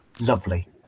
Lovely